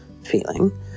feeling